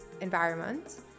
environment